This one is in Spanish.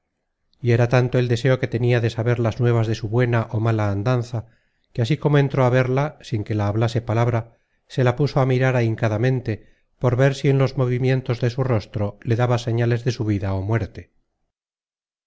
y era tanto el deseo que tenia de saber las nuevas de su buena ó mala andanza que así como entró á verla sin que la hablase palabra se la puso á mirar ahincadamente por ver si en los movimientos de su rostro le daba señales de su vida ó muerte